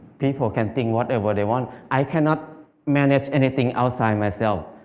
people can think whatever they want. i cannot manage anything outside myself.